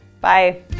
Bye